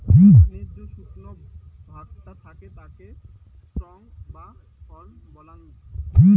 ধানের যে শুকনো ভাগটা থাকে তাকে স্ট্র বা খড় বলাঙ্গ